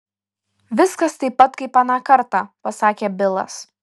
viskas taip pat kaip aną kartą pasakė bilas